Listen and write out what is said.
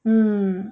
mm